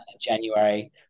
January